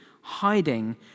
hiding